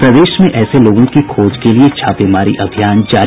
प्रदेश में ऐसे लोगों की खोज के लिये छापेमारी अभियान जारी